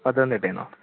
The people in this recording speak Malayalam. പത്തനംതിട്ടയിൽ നിന്നോ